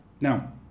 Now